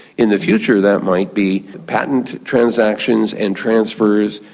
in the future that might be patent transactions and transfers,